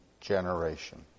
generation